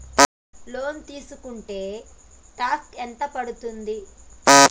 Loan తీస్కుంటే tax ఎంత పడ్తుంది?